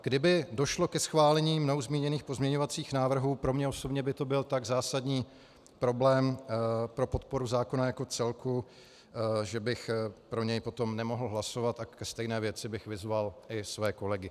Kdyby došlo ke schválení mnou zmíněných pozměňovacích návrhů, pro mě osobně by to byl tak zásadní problém pro podporu zákona jako celku, že bych pro něj potom nemohl hlasovat, a ke stejné věci bych vyzval i své kolegy.